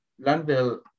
Landville